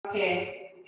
Okay